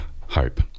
hope